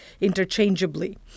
interchangeably